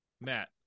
Matt